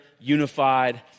unified